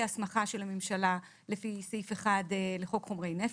ההסמכה של הממשלה לפי סעיף 1 לחוק חומרי נפץ,